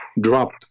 dropped